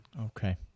Okay